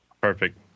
Perfect